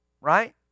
Right